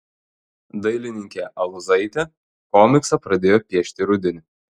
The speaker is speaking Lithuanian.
dailininkė aluzaitė komiksą pradėjo piešti rudenį